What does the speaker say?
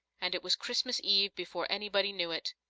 and it was christmas eve before anybody knew it.